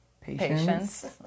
patience